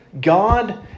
God